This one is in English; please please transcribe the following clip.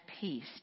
peace